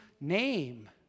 name